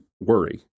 worry